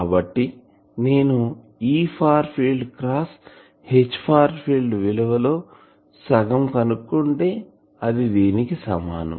కాబట్టి నేను E far field cross H far field విలువ లో సగం కనుక్కుంటే అది దీనికి సమానం